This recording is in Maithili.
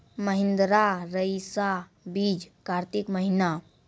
महिंद्रा रईसा बीज कार्तिक महीना?